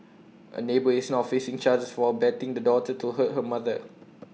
A neighbour is now facing charges for abetting the daughter to hurt her mother